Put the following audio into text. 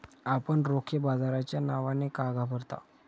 आपण रोखे बाजाराच्या नावाने का घाबरता?